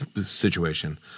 situation